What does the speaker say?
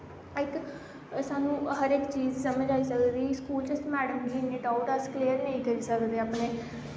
इक स्हानू हर इक चीज़ दा समझ आई सकदी स्कूल च अस मैड़म गी इन्ने डाऊट अस क्लीयर नेंई करी सकदे अपने